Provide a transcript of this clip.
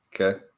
Okay